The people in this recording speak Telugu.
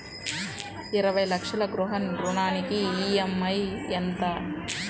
ఇరవై లక్షల గృహ రుణానికి ఈ.ఎం.ఐ ఎంత?